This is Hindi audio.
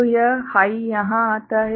तो यह हाइ यहाँ आता है